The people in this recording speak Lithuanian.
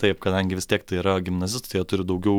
taip kadangi vis tiek tai yra gimnazistai tai jie turi daugiau